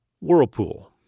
Whirlpool